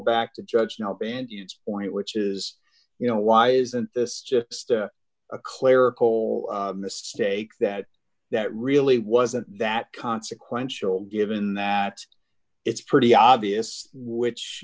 back to judge nope and use point which is you know why isn't this just a clerical mistake that that really wasn't that consequential given that it's pretty obvious which